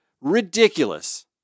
Ridiculous